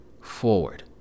forward